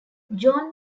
john